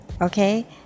Okay